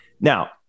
Now